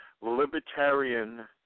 libertarian